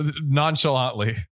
nonchalantly